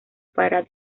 para